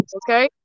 okay